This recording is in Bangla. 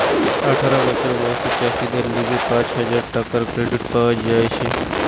আঠারো বছর বয়সী চাষীদের লিগে পাঁচ হাজার টাকার ক্রেডিট পাওয়া যাতিছে